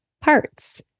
parts